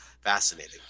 fascinating